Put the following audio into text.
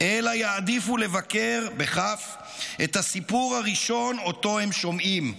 אלא יעדיפו לבכר את הסיפור הראשון אותו הם שומעים".